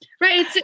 right